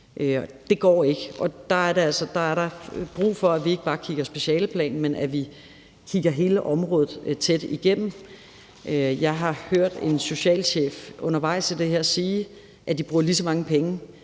Det går ikke, og der er der altså brug for, at vi ikke bare kigger specialeplanlægning, men at vi kigger hele området tæt igennem. Jeg har hørt en socialchef undervejs i det her sige, at de bruger lige så mange penge